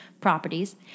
properties